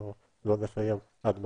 אנחנו לא נסיים עד מחר.